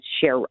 share